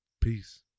Peace